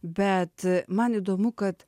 bet man įdomu kad